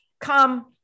come